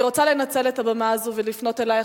אני רוצה לנצל את הבמה הזו ולפנות אלייך,